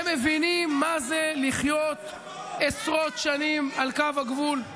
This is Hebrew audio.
אתם מבינים מה זה לחיות עשרות שנים על קו הגבול,